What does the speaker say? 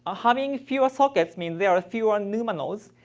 ah having fewer sockets mean there are fewer numa nodes.